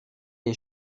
est